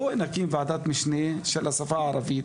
בואי נקים ועדת משנה של השפה הערבית,